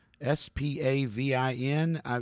s-p-a-v-i-n